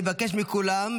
אני מבקש מכולם,